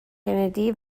کندی